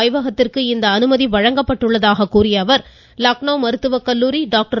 ஆய்வகத்திற்கு இந்த அனுமதி வழங்கப்பட்டுள்ளதாக கூறிய அவர் லக்னௌ மருத்துவ கல்லூரி டாக்டர்